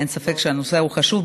אין ספק שהנושא הוא חשוב,